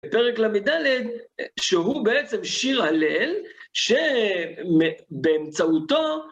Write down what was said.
בפרק ל"ד, שהוא בעצם שיר הלל שבאמצעותו